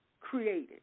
created